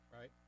Right